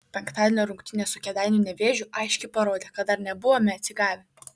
penktadienio rungtynės su kėdainių nevėžiu aiškiai parodė kad dar nebuvome atsigavę